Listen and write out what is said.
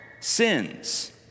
sins